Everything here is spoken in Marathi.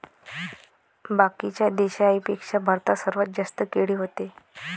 बाकीच्या देशाइंपेक्षा भारतात सर्वात जास्त केळी व्हते